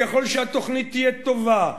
ככל שהתוכנית תהיה טובה,